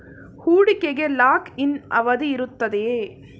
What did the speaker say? ಹೂಡಿಕೆಗೆ lock in ಅವಧಿ ಇರುತ್ತದೆಯೇ?